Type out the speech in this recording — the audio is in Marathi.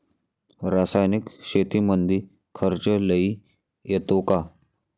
रासायनिक शेतीमंदी खर्च लई येतो का?